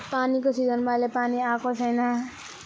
पानीको सिजनमा अहिले पानी आएको छैन